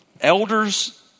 Elders